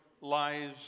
lies